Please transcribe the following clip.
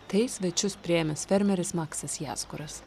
tai svečius priėmęs fermeris maksas jasguras